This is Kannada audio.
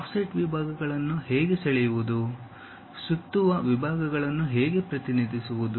ಆಫ್ಸೆಟ್ ವಿಭಾಗಗಳನ್ನು ಹೇಗೆ ಸೆಳೆಯುವುದು ಸುತ್ತುವ ವಿಭಾಗಗಳನ್ನು ಹೇಗೆ ಪ್ರತಿನಿಧಿಸುವುದು